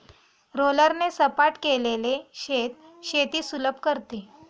रोलरने सपाट केलेले शेत शेती सुलभ करते